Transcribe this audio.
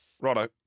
Righto